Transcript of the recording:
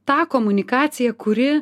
tą komunikaciją kuri